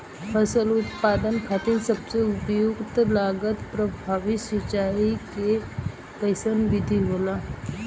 फसल उत्पादन खातिर सबसे उपयुक्त लागत प्रभावी सिंचाई के कइसन विधि होला?